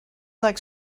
like